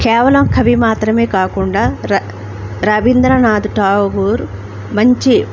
కేవలం కవి మాత్రమే కాకుండా రవీంద్రనాథ టాగోర్ మంచి